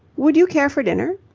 would you care for dinner?